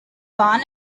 born